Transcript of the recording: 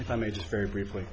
if i may just very briefly